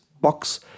box